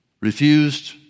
refused